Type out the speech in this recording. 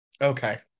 Okay